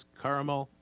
caramel